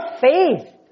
faith